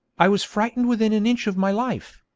i was frightened within an inch of my life.